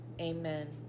amen